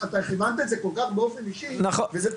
אתה כיוונת את זה כל כך באופן אישי וזה לא.